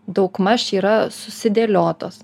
daugmaž yra susidėliotos